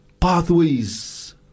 pathways